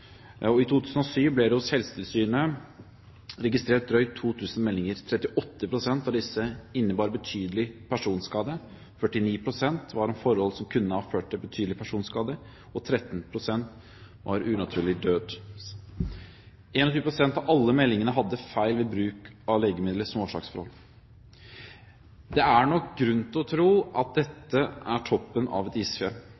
I 2007 ble det hos Helsetilsynet registrert drøyt 2 000 meldinger. 38 pst. av disse innebar betydelig personskade, 49 pst. var om forhold som kunne ha ført til betydelig personskade, og 13 pst. var unaturlig død. 21 pst. av alle meldingene hadde feil ved bruk av legemidler som årsaksforhold. Det er nok grunn til å tro at